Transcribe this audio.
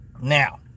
Now